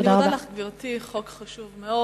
אני מודה לך, גברתי, זה חוק חשוב מאוד.